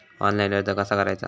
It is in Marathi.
ऑनलाइन कर्ज कसा करायचा?